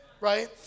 right